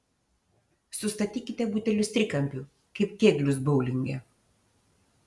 sustatykite butelius trikampiu kaip kėglius boulinge